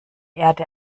erde